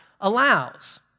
allows